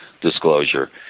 disclosure